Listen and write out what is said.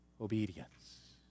obedience